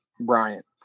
Bryant